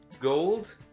gold